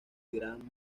gran